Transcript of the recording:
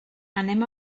anem